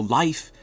life